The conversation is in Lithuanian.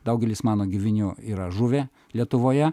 daugelis mano giminių yra žuvę lietuvoje